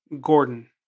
Gordon